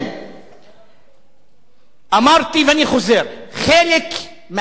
אמרתי ואני חוזר, חלק מהיישובים הערביים,